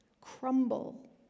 crumble